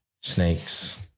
Snakes